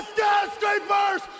Skyscrapers